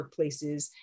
workplaces